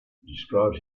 describes